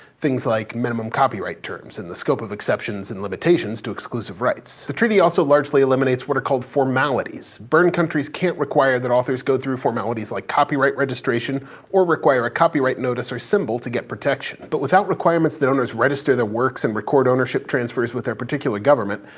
things like minimum copyright terms and the scope of exceptions and limitations to exclusive rights. the treaty also largely eliminates what are called formalities. berne countries can't require that authors go through formalities like copyright registration or require a copyright notice or symbol to get protection. but without requirements, the owners register their works and record ownership transfers with their particular government,